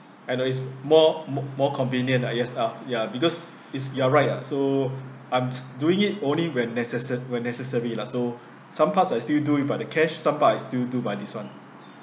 I know it's more more more convenient ah yes ah ya because it's you are right ah so I'm doing it only when necessa~ when necessary lah so some parts I still do it by the cash some parts I still do by this one